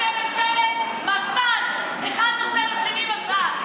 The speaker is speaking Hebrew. אתם ממשלת מסאז', אחד עושה לשני מסאז'.